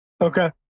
Okay